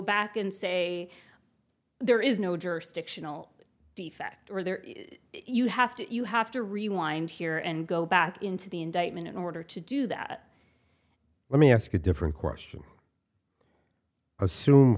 back and say there is no jurisdictional defect or there you have to you have to rewind here and go back into the indictment in order to do that let me ask a different question assume